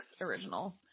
original